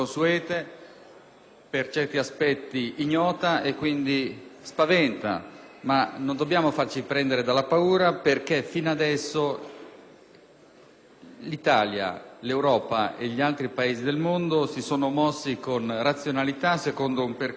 per certi aspetti ignota, e quindi spaventa, ma non dobbiamo farci prendere dalla paura perché fino adesso l'Italia, l'Europa e gli altri Paesi del mondo si sono mossi con razionalità, secondo un percorso